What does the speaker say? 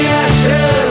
ashes